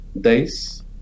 days